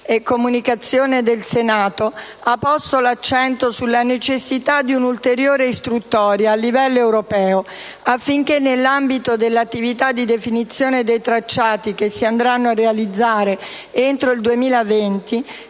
comunicazioni del Senato ha posto l'accento sulla necessità di svolgere un'ulteriore istruttoria a livello europeo affinché nell'ambito dell'attività di definizione dei tracciati che si andranno a realizzare entro il 2020